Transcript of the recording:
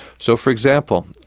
so, for example,